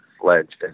fledged